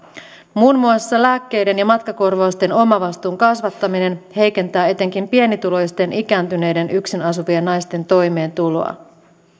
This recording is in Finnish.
muun muassa lääkkeiden ja matkakorvausten omavastuun kasvattaminen heikentää etenkin pienituloisten ikääntyneiden yksin asuvien naisten toimeentuloa